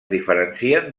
diferencien